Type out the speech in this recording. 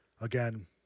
Again